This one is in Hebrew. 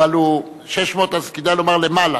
אז כדאי לומר "למעלה".